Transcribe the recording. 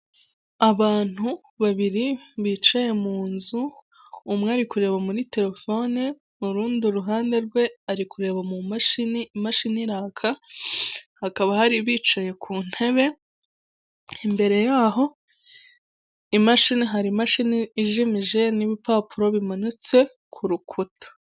Abantu babiri bicaye mu nzu umwe ari kureba muri telefone mu rundi ruhande rwe ari kureba mu mumashini, imashini iraka hakaba hari bicaye ku ntebe, imbere y'aho imashini hari imashini ijimije n'ibipapuro bimanitse ku rukuta.